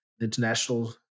international